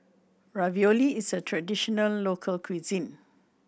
ravioli is a traditional local cuisine